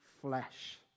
flesh